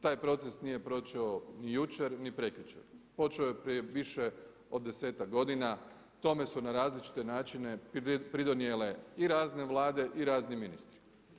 Taj proces nije počeo ni jučer, ni prekjučer, počeo je prije više od 10-ak godina, tome su na različite načine pridonijele i razne Vlade i razni ministri.